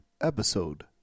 episode